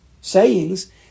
sayings